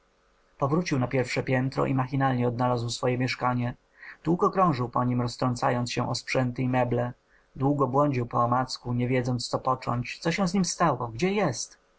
powrócił na pierwsze piętro i machinalnie odnalazł swoje mieszkanie długo krążył po niem roztrącając się o sprzęty i meble długo błądził poomacku nie wiedząc co począć co się z nim stało gdzie jest